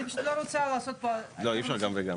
אני פשוט לא רוצה לעשות פה --- אי אפשר גם וגם,